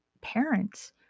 parents